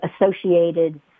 associated